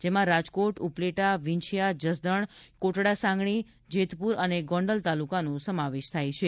જેમાં રાજકોટ ઉપલેટા વિંછીયા જસદણ કોટડાસાંગાણી જેતપુર અને ગોંડલ તાલુકાનો સમાવેશ થાય છે